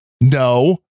no